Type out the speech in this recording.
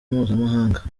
mpuzamahanga